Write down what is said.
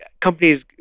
companies